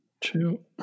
two